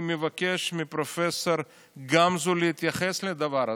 אני מבקש מפרופ' גמזו להתייחס לדבר הזה.